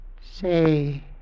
Say